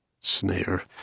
Snare